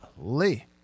Lee